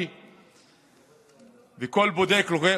תודה רבה.